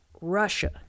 Russia